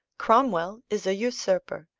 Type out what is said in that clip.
cromwell is a usurper,